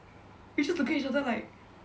we just looking at each other like